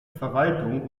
verwaltung